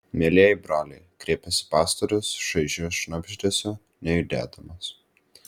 mielieji broliai kreipėsi pastorius šaižiu šnabždesiu nejudėdamas